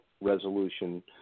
Resolution